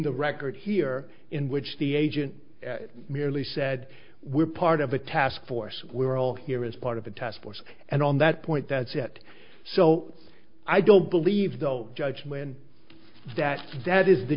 the record here in which the agent merely said we're part of a task force we're all here as part of the task force and on that point that set so i don't believe the judge when that that is the